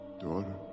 Daughter